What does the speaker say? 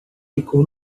ficou